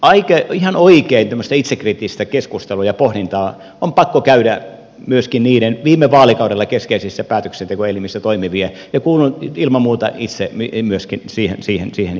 minusta ihan oikein tämmöistä itsekriittistä keskustelua ja pohdintaa on pakko käydä myöskin niiden viime vaalikaudella keskeisissä päätöksentekoelimissä toimineiden ja kuulun ilman muuta itse myöskin siihen joukkoon